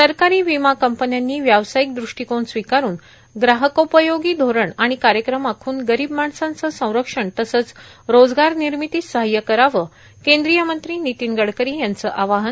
सरकारी विमा कंपन्यानी व्यावसायिक दृष्टीकोन स्विकारून ग्राहकोपयोगी धोरण आणि कायक्रम आखून गरीब माणसांचं संरक्षण तसंच रोजगार निर्मितीस सहाय्य करावं कद्रीय मंत्री नितीन गडकरी यांचं आवाहन